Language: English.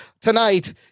tonight